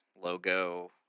logo